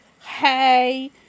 hey